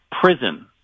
prison